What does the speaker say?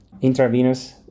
intravenous